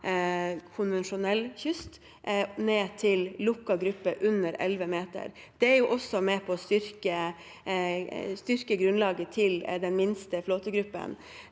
konvensjonell kyst ned til lukket gruppe under elleve meter. Det er også med på å styrke grunnlaget til den minste flåtegruppen.